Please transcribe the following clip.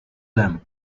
them